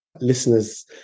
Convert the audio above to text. listeners